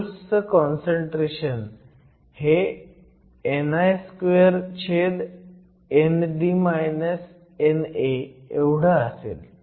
होल्सचं काँसंट्रेशन हे ni2 छेद ND NA असेल